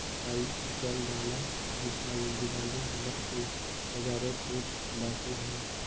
काई किसम दाना खिलाले लगते बजारोत दूध बासी होवे?